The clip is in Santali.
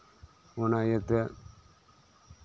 ᱚᱱᱟ ᱤᱭᱟᱹᱛᱮ